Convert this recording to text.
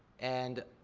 and,